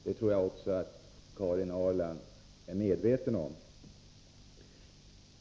Det tror jag att också Karin Ahrland är medveten om.